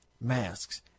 masks